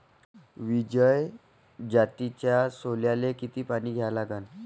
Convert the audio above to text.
विजय जातीच्या सोल्याले किती पानी द्या लागन?